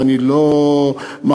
ואני לא מחניף,